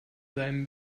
seinem